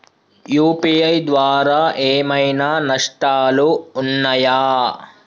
UPI ద్వారా ఏమైనా నష్టాలు ఉన్నయా?